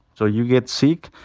so you get sick.